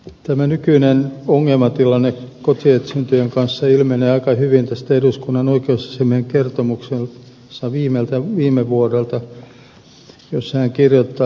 tämä nykyinen ongelmatilanne kotietsintöjen kanssa ilmenee aika hyvin eduskunnan oikeusasiamiehen kertomuksesta viime vuodelta jossa hän kirjoittaa